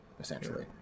essentially